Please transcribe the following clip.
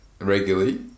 regularly